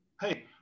hey